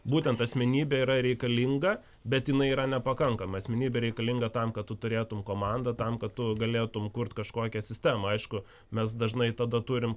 būtent asmenybė yra reikalinga bet jinai yra nepakankama asmenybė reikalinga tam kad tu turėtum komandą tam kad tu galėtum kurt kažkokią sistemą aišku mes dažnai tada turim